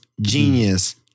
genius